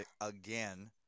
again